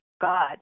God